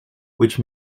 which